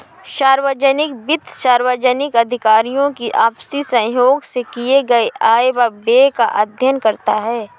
सार्वजनिक वित्त सार्वजनिक अधिकारियों की आपसी सहयोग से किए गये आय व व्यय का अध्ययन करता है